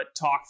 talk